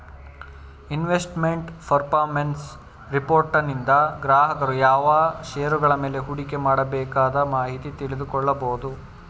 investment performance ರಿಪೋರ್ಟನಿಂದ ಗ್ರಾಹಕರು ಯಾವ ಶೇರುಗಳ ಮೇಲೆ ಹೂಡಿಕೆ ಮಾಡಬೇಕದ ಮಾಹಿತಿ ತಿಳಿದುಕೊಳ್ಳ ಕೊಬೋದು